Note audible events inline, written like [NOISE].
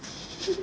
[LAUGHS]